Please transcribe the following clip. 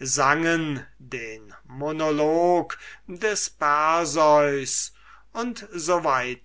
sangen den monologen des perseus u s w